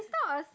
it's not a